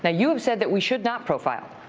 now, you have said that we should not profile.